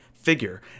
figure